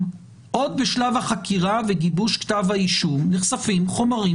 עוד בשלב החקירה וגיבוש כתב האישום נחשפים חומרים